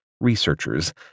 researchers